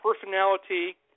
personality